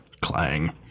Clang